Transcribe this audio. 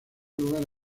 lugar